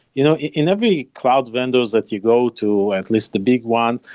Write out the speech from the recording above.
you know in every cloud vendors that you go to, at least the big one,